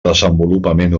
desenvolupament